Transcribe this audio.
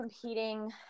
competing